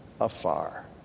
afar